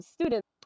students